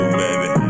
baby